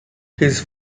his